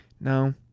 No